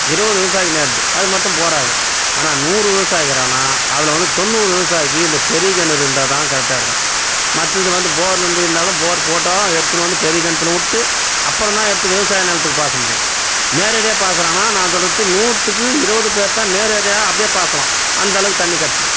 இருபது விவசாயிக்கு நேருது அது மட்டும் போதாது ஆனால் நூறு விவசாயி இருக்குறான்னா அதில் வந்து தொண்ணூறு விவசாயிக்கு இந்த பெரிய கிணறு இருந்தால்தான் கரெக்டாக இருக்கும் மற்றது வந்து போருலருந்து இருந்தாலும் போர் போட்டாலும் அது எடுத்துனு வந்து பெரிய கிணத்துல விட்டு அப்புறந்தான் எடுத்து விவசாய நிலத்துக்கு பாச முடியும் நேரடியாக பாசறான்னால் நான் சொல்வது நூற்றுக்கு இருபது பேர்தான் நேரடியாக அப்படியே பாசலாம் அந்த அளவுக்கு தண்ணி கிடச்சிக்கும்